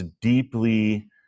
deeply